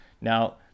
now